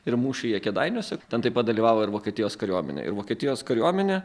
ir mūšyje kėdainiuose ten taip pat dalyvavo ir vokietijos kariuomenė ir vokietijos kariuomenė